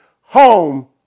home